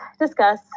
discuss